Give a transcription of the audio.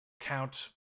count